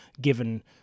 given